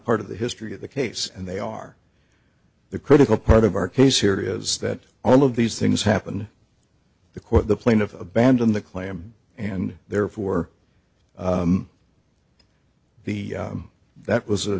part of the history of the case and they are the critical part of our case here is that all of these things happen the court the plaintiff abandon the claim and therefore the that was a